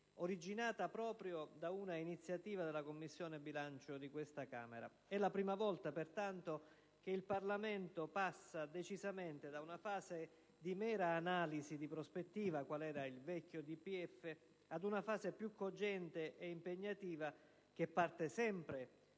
originata proprio da un'iniziativa della Commissione bilancio di questa Camera. È la prima volta pertanto che il Parlamento passa decisamente da una fase di mera analisi di prospettiva, quale era il vecchio DPEF, a una fase più cogente ed impegnativa, che parte sempre